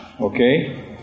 Okay